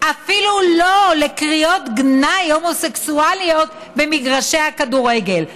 אפילו לא נגד קריאות גנאי הומופוביות במגרשי הכדורגל.